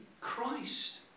Christ